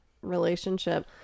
relationship